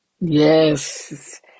Yes